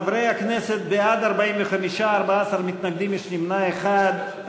חברי הכנסת, בעד, 45, יש 14 מתנגדים, יש נמנע אחד.